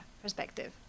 perspective